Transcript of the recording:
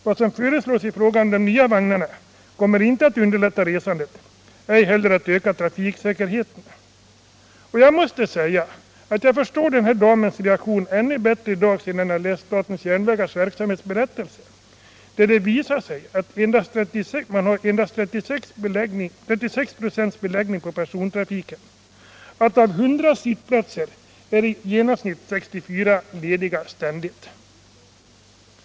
Vad som föreslås i fråga om de nya vagnarna kommer inte att underlätta resandet, ej heller att öka trafiksäkerheten. Jag förstår den här damens reaktion ännu bättre i dag sedan jag läst SJ:s verksamhetsberättelse, där det visar sig att SJ endast har 36 procents beläggning på persontrafiken. Av 100 sittplatser är i genomsnitt 64 ständigt lediga.